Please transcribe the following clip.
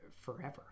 forever